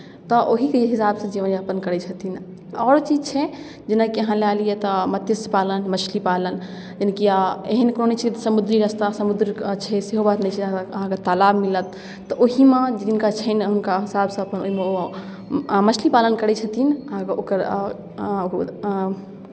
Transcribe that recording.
तऽ ओहीके हिसाबसँ अपन जीवनयापन करै छथिन आओरो चीज छै जेनाकि अहाँ लए लिअ तऽ मत्स्य पालन मछली पालन यानिकि एहन कोनो नहि छै कि समुद्री रास्ता समुद्र छै सेहो बात नहि छै अहाँकेँ तालाब मिलत तऽ ओहीमे जिनका छनि हुनका हिसाबसँ अपन ओहिमे ओ मछली पालन करै छथिन अहाँकेँ ओकर आओर ओकर